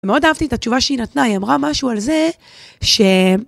ומאוד אהבתי את התשובה שהיא נתנה, היא אמרה משהו על זה ש...